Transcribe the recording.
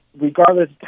regardless